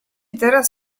teraz